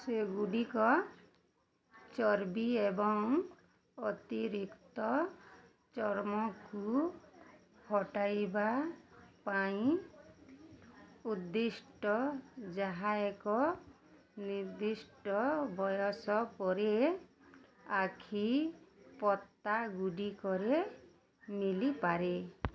ସେଗୁଡ଼ିକ ଚର୍ବି ଏବଂ ଅତିରିକ୍ତ ଚର୍ମକୁ ହଟାଇବା ପାଇଁ ଉଦ୍ଦିଷ୍ଟ ଯାହା ଏକ ନିର୍ଦ୍ଦିଷ୍ଟ ବୟସ ପରେ ଆଖିପତାଗୁଡ଼ିକରେ ମିଳିପାରେ